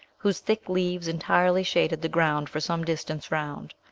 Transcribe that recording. whose thick leaves entirely shaded the ground for some distance round.